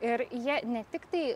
ir jie ne tiktai